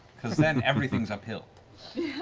because then everything's uphill.